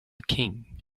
king